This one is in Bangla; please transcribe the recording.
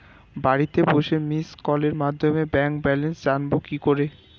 বাড়িতে বসে মিসড্ কলের মাধ্যমে ব্যাংক ব্যালেন্স জানবো কি করে?